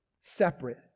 separate